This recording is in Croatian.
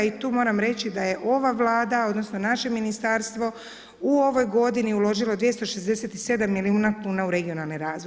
I tu moram reći da je ova Vlada odnosno naše ministarstvo u ovoj godini uložilo 267 milijuna kuna u regionalni razvoj.